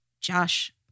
Josh